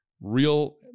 real